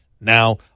now